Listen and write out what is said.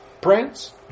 prince